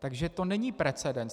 Takže to není precedens.